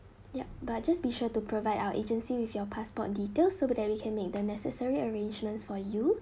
yup but just be sure to provide our agency with your passport details so that we can make the necessary arrangements for you